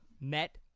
met